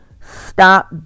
stop